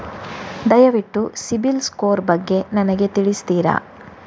ದಯವಿಟ್ಟು CIBIL score ಬಗ್ಗೆ ನನಗೆ ತಿಳಿಸ್ತಿರಾ?